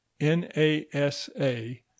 NASA